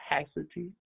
capacity